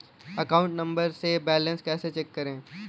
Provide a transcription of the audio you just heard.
Account number से balance कैसे check करें?